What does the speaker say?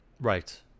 Right